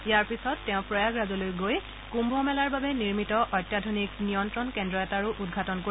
ইয়াৰ পিছত তেওঁ প্ৰয়াগৰাজলৈ গৈ কুম্ভমেলাৰ বাবে নিৰ্মিত অত্যাধুনিক নিয়ন্ত্ৰণ কেন্দ্ৰ এটাৰো উদঘাটন কৰিব